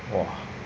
!wah!